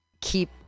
keep